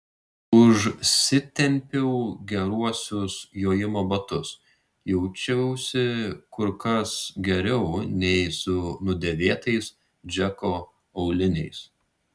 užsitempiau geruosius jojimo batus jaučiausi kur kas geriau nei su nudėvėtais džeko auliniais